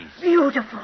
Beautiful